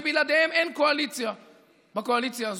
שבלעדיהן אין קואליציה בקואליציה הזאת.